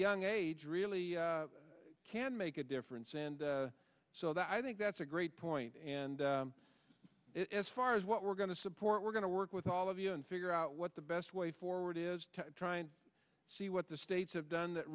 young age really can make a difference and so that i think that's a great point and if far as what we're going to support we're going to work with all of you and figure out the best way forward is to try and see what the states have done that